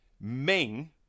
Ming